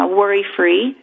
worry-free